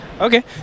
Okay